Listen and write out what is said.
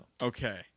Okay